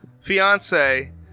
fiance